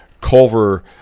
Culver